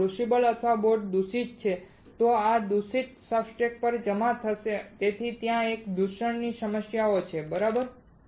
જો ક્રુસિબલ અથવા બોટ દૂષિત છે તો તે દૂષણ સબસ્ટ્રેટ પર પણ જમા થશે તેથી જ ત્યાં દૂષણની સમસ્યાઓ છે બરાબર